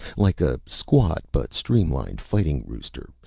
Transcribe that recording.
like a squat but streamlined fighting rooster,